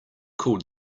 called